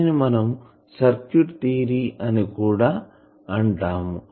దానిని మనం circuit theory అని కూడా అంటాం